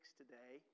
today